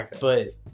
but-